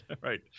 Right